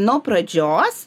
nuo pradžios